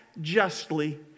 justly